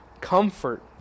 comfort